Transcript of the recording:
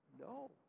No